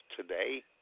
today